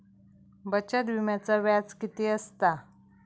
बचत विम्याचा व्याज किती असता?